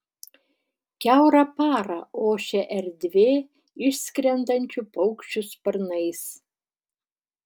kiaurą parą ošia erdvė išskrendančių paukščių sparnais